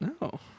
No